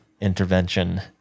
intervention